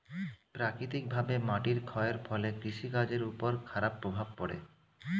প্রাকৃতিকভাবে মাটির ক্ষয়ের ফলে কৃষি কাজের উপর খারাপ প্রভাব পড়ে